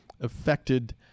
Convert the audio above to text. affected